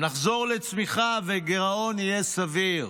נחזור לצמיחה והגירעון יהיה סביר.